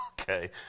okay